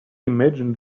imagine